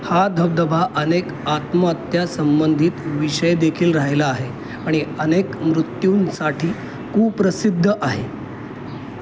हा धबधबा अनेक आत्महत्यासंबंधित विषयदेखील राहिला आहे आणि अनेक मृत्यूंसाठी कुप्रसिद्ध आहे